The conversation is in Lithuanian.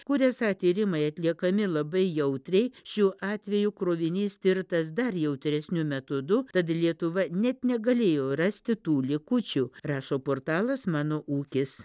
kur esą tyrimai atliekami labai jautriai šiuo atveju krovinys tirtas dar jautresniu metodu tad lietuva net negalėjo rasti tų likučių rašo portalas mano ūkis